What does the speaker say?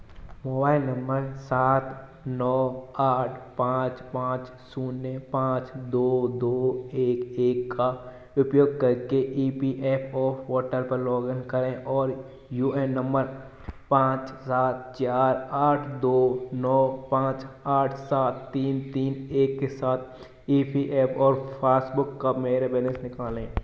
mobile number सात नौ आठ पाँच पाँच शून्य पाँच दो दो एक एक का उपयोग करके E P F O portal पर लॉग इन करें और यू एन नंबर पाँच सात चार आठ दो नौ पाँच आठ तीन तीन एक के साथ ई पी एफ और फासबुक का मेरे बैलेंस निकालें